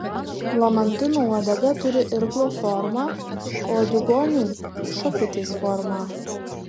lamantino uodega turi irklo formą o diugonių šakutės formą